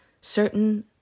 certain